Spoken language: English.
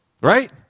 Right